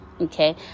Okay